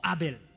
Abel